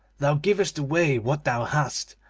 thou givest away what thou hast,